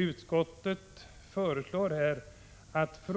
Utskottet föreslår att